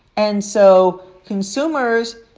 and so consumers,